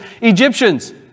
Egyptians